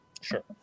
Sure